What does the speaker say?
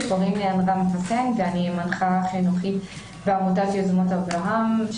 אני מנחה חינוכית בעמותת יוזמות אברהם,